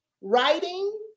writing